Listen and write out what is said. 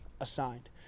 assigned